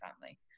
family